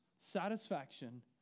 satisfaction